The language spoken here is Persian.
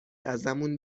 ازمون